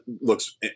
looks